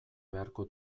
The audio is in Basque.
beharko